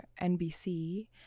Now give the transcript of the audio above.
NBC